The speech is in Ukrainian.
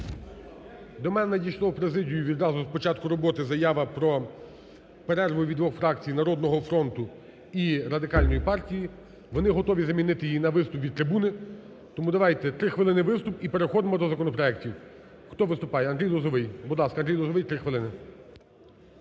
До мене надійшла в президію відразу з початку роботи заява про перерву від двох фракцій "Народного фронту" і Радикальної партії, вони готові замінити її на виступ від трибуни. Тому давайте 3 хвилин виступ і переходимо до законопроектів. Хто виступає? Андрій Лозовой. Будь ласка, Андрій Лозовой, 3 хвилини.